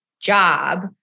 job